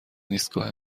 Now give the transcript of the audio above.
ایستگاه